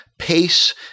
pace